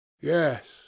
yes